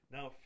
Now